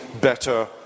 better